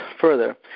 further